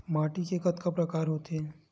माटी के कतका प्रकार होथे?